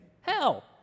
hell